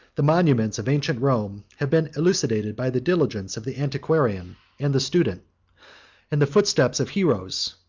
the monuments of ancient rome, have been elucidated by the diligence of the antiquarian and the student and the footsteps of heroes,